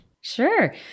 Sure